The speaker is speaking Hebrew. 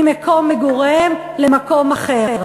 ממקום מגוריהם למקום אחר,